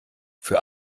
für